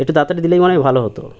একটু তাড়াতাড়ি দিলে মানে ভাল হতো